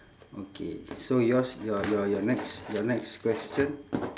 okay so yours your your your next your next question